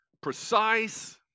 precise